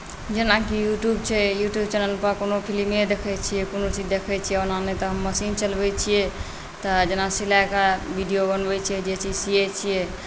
जेनाकि यूट्यूब छै यूट्यूब चैनलपर कोनो फिल्मे देखैत छियै कोनो चीज देखैत छियै ओना नहि तऽ हम मशीन चलबैत छियै तऽ जेना सिलाइके वीडियो बनबैत छियै जे चीज सियैत छियै